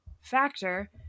factor